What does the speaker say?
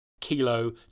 Kilo